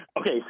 okay